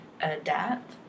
adapt